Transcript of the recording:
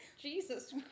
Jesus